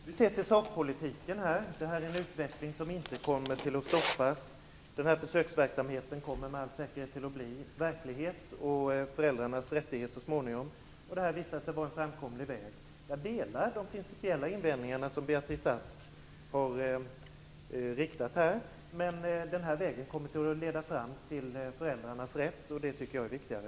Fru talman! Vi ser till sakpolitiken. Det här är en utveckling som inte kommer att stoppas. Försöksverksamheten kommer med all säkerhet att bli verklighet och föräldrarnas rättighet så småningom. Det visade sig vara en framkomlig väg. Jag delar de principiella invändningar som Beatrice Ask har riktat, men den här vägen kommer att leda fram till föräldrarnas rätt, och det tycker jag är viktigare.